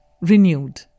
renewed